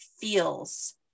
feels